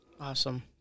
Awesome